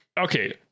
okay